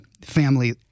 family